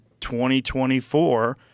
2024